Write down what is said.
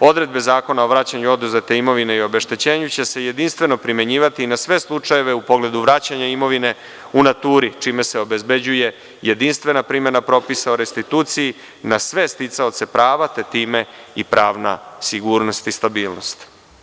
odredbe Zakona o vraćanju oduzete imovine i obeštećenju će se jedinstveno primenjivati i na sve slučajeve u pogledu vraćanja imovine u naturi, čime se obezbeđuje jedinstvena primena propisa o restituciji na sve sticaoce prava, pa time i pravna sigurnost i stabilnost.